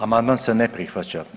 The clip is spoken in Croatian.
Amandman se ne prihvaća.